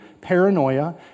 paranoia